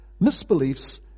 Misbeliefs